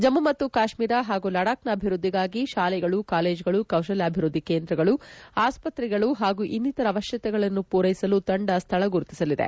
ಜಮ್ನು ಮತ್ತು ಕಾಶ್ಮೀರ ಹಾಗೂ ಲಡಾಕ್ ನ ಅಭಿವ್ದದ್ಲಿಗಾಗಿ ಶಾಲೆಗಳು ಕಾಲೇಜ್ಗಳು ಕೌಶಲ್ನಾಭಿವ್ದದ್ಲಿ ಕೇಂದ್ರಗಳು ಆಸ್ಪತ್ರೆಗಳು ಹಾಗೂ ಇನ್ನಿತರ ಅವಶ್ಯತೆಗಳನ್ನು ಪೂರೈಸಲು ತಂಡ ಸ್ವಳ ಗುರುತಿಸಲಿದೆ